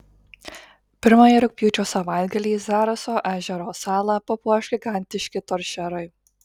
pirmąjį rugpjūčio savaitgalį zaraso ežero salą papuoš gigantiški toršerai